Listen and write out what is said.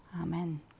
Amen